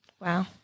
Wow